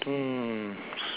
um